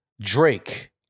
Drake